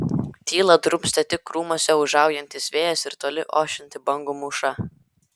tylą drumstė tik krūmuose ūžaujantis vėjas ir toli ošianti bangų mūša